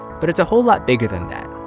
but it's a whole lot bigger than that.